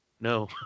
No